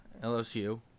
LSU